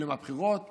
אלה הבחירות